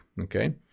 okay